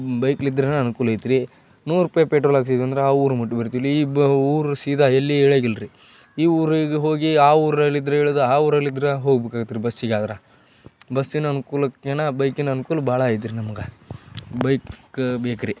ಬೈಕ್ಲಿದ್ರೇನ ಅನುಕೂಲ ಐತ್ರಿ ನೂರು ರೂಪಾಯಿ ಪೆಟ್ರೋಲ್ ಹಾಕ್ಸಿದ್ವಿ ಅಂದ್ರೆ ಆ ಊರು ಮುಟ್ಟಿ ಬರ್ತೀವ್ರಿ ಇಬ್ಬ ಊರು ಸೀದಾ ಎಲ್ಲಿ ಇಳಿಯಾಗ ಇಲ್ರಿ ಈ ಊರಿಗೆ ಹೋಗಿ ಆ ಊರಲ್ಲಿ ಇದ್ರೆ ಇಳ್ದು ಆ ಊರಲ್ಲಿ ಇದ್ರೆ ಹೋಗಬೇಕಾತ್ರಿ ಬಸ್ಸಿಗಾದ್ರೆ ಬಸ್ಸಿನ ಅನ್ಕೂಲಕ್ಕಿನ್ನ ಬೈಕಿನ ಅನ್ಕೂಲ ಭಾಳ ಐತ್ರಿ ನಮ್ಗೆ ಬೈಕೇ ಬೇಕ್ರಿ